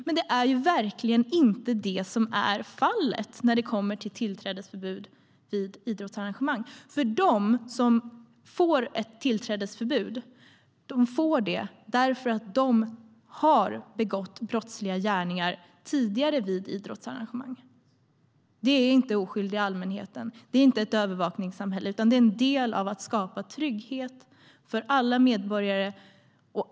Men det är verkligen inte det som är fallet när det kommer till tillträdesförbud vid idrottsarrangemang, för de som får ett tillträdesförbud får det därför att de har begått brottsliga gärningar tidigare vid idrottsarrangemang. Det är inte den oskyldiga allmänheten. Det är inte ett övervakningssamhälle, utan det är en del i att skapa trygghet för alla medborgare.